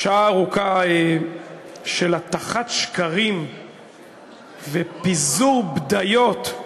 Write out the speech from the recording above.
שעה ארוכה של הטחת שקרים ופיזור בדיות,